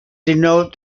denote